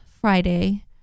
Friday